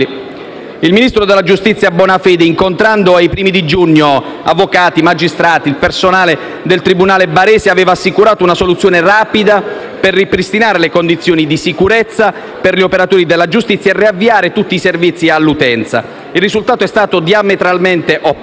Il ministro della giustizia Bonafede, incontrando ai primi di giugno avvocati, magistrati e personale del tribunale barese, aveva assicurato una soluzione rapida per ripristinare le condizioni di sicurezza per gli operatori della giustizia e riavviare tutti i servizi all'utenza: il risultato è stato diametralmente opposto,